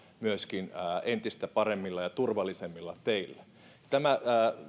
myöskin autoilla entistä paremmilla ja turvallisemmilla teillä